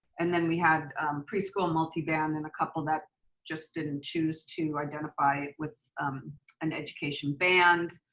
and then we had preschool multiband and a couple that just didn't choose to identify with an education band.